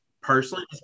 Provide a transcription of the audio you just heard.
personally